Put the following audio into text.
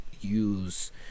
use